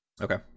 Okay